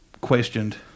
questioned